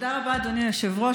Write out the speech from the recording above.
תודה רבה, אדוני היושב-ראש.